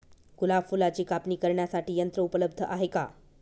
गुलाब फुलाची कापणी करण्यासाठी यंत्र उपलब्ध आहे का?